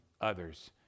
others